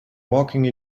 walking